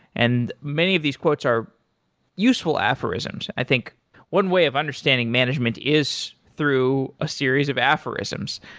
and many of these quotes are useful aphorisms. i think one way of understanding management is through a series of aphorisms.